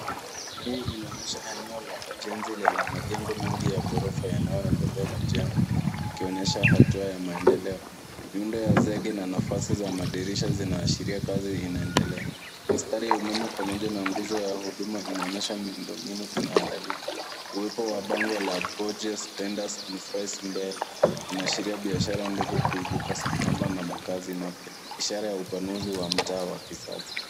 Hii inaonyesha eneo la ujenzi lenye majengo mengi ya ghorofa yanayoendelea kujengwa, ikionyesha hatua ya maendeleo. Miundo ya zege na nafasi za madirisha zinaashiria kazi inaendelea. Mistari ya umeme pamoja na nguzo ya huduma inaonyesha miundombinu inaandaliwa. Uwepo wa bango la Georges Tenders and Fries mbele unaashiria biashara ndogo kuibuka sambamba na makazi mapya, ishara ya upanuzi wa mtaa wa kisasa.